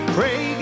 Pray